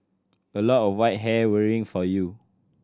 a lot of white hair worrying for you